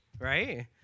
right